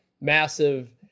massive